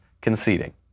conceding